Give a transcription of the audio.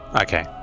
Okay